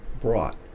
brought